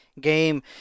game